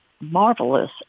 marvelous